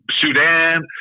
Sudan